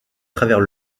travers